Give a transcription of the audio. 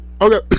Okay